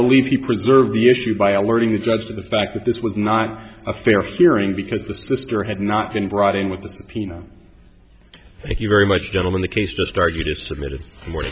believe he preserved the issue by alerting the judge to the fact that this was not a fair hearing because the sister had not been brought in with the subpoena thank you very much gentlemen the case just argued is submitted more